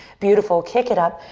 beautiful, kick it up,